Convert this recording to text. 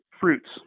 fruits